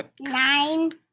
Nine